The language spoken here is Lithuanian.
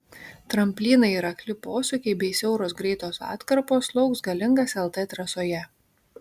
tramplynai ir akli posūkiai bei siauros greitos atkarpos lauks galingas lt trasoje